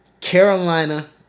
Carolina